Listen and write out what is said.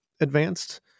advanced